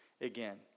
again